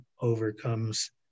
overcomes